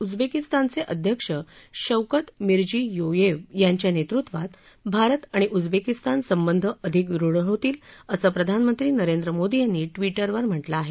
उज्बेकिस्तानचे अध्यक्ष Shavkat Mirziyoyev यांच्या नेतृत्वात भारत आणिउज्बेकिस्तान संबंध अधिक दृढ होतील असे प्रधानमंत्री नरेंद्र मोदी यांनी ट्विटरवरम्हटले आहे